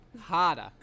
Harder